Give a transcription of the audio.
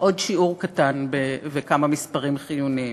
עוד שיעור קטן וכמה מספרים חיוניים: